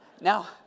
Now